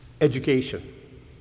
education